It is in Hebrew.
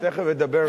אני תיכף אדבר,